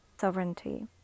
sovereignty